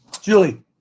Julie